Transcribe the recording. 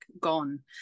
gone